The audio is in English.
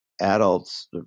adults